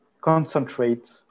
concentrate